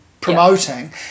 promoting